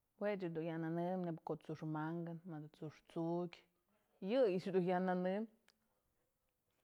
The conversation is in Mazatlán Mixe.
Juech du ya nënëm neyb ko'o tsu'ux manguë madë tsu'ux t'sukyë, yëyëch dun ya nënëm.